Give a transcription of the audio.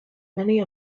many